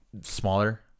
smaller